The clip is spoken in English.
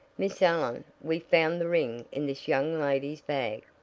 miss allen, we found the ring in this young lady's bag.